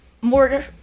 more